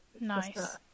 Nice